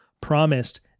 promised